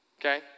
Okay